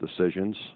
decisions